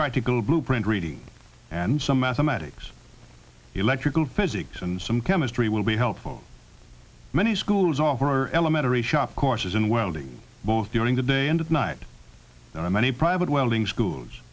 practical blueprint reading and some mathematics electrical physics and some chemistry will be helpful many schools are for elementary shop courses in welding both during the day and at night there are many private welding schools